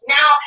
Now